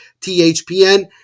THPN